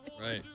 Right